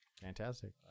Fantastic